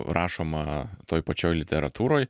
rašoma toj pačioj literatūroj